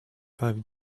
five